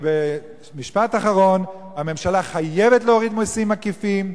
במשפט אחרון, הממשלה חייבת להוריד מסים עקיפים.